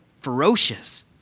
ferocious